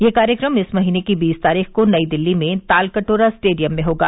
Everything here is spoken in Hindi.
यह कार्यक्रम इस महीने की बीस तारीख को नई दिल्ली में तालकटोरा स्टेडियम में होगा